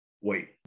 wait